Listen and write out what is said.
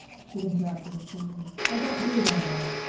she interrupted coolly, i don't brood over it.